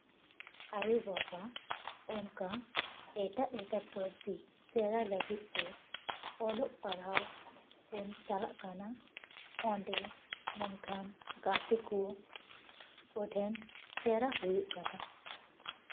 ᱟᱭᱳᱼᱵᱟᱵᱟ ᱚᱱᱠᱟ ᱮᱴᱟᱜ ᱮᱴᱟᱜ ᱯᱟᱹᱨᱥᱤ ᱥᱮᱬᱟ ᱞᱟᱹᱜᱤᱫ ᱛᱮ ᱚᱞᱚᱜ ᱯᱟᱲᱦᱟᱣ ᱵᱚᱱ ᱪᱟᱞᱟᱜ ᱠᱟᱱᱟ ᱚᱸᱰᱮ ᱢᱮᱱᱠᱷᱟᱱ ᱜᱟᱛᱮ ᱠᱚ ᱠᱚᱴᱷᱮᱱ ᱥᱮᱬᱟ ᱦᱩᱭᱩᱜ ᱠᱟᱱᱟ